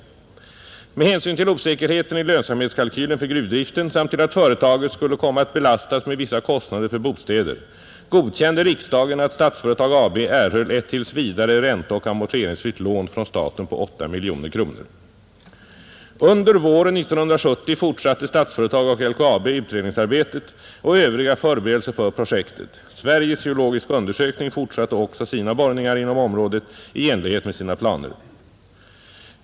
Med hänsyn till osäkerheten i lönsamhetskalkylen för gruvdriften samt till att företaget skulle komma att belastas med vissa kostnader för bostäder godkände riksdagen att Statsföretag AB erhöll ett tills vidare ränteoch amorteringsfritt lån från staten på 8 miljoner kronor. Under våren 1970 fortsatte Statsföretag och LKAB utredningsarbetet och övriga förberedelser för projektet. Sveriges geologiska undersökning fortsatte också sina borrningar inom området i enlighet med sina planer.